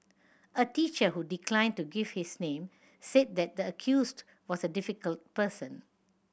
a teacher who declined to give his name said that the accused was a difficult person